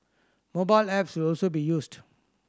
mobile apps will also be used